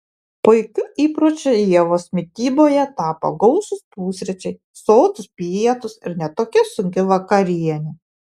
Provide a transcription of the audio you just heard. puikiu įpročiu ievos mityboje tapo gausūs pusryčiai sotūs pietūs ir ne tokia sunki vakarienė